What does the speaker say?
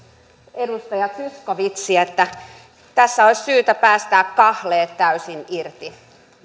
edustaja zyskowicz että tässä olisi syytä päästää kahleet täysin irti